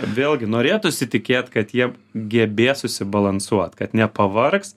vėlgi norėtųsi tikėt kad jie gebės susibalansuot kad nepavargs